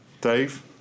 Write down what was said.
Dave